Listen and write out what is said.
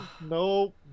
Nope